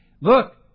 Look